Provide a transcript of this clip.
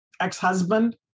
ex-husband